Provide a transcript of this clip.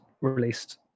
released